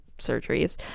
surgeries